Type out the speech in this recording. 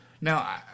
Now